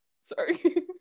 Sorry